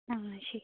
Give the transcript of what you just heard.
ആ ശരി